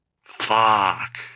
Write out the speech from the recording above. Fuck